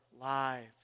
lives